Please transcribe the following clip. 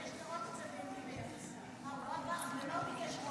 הוא ידע את זה, הוא ביקש לראות את זה ממרץ.